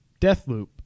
Deathloop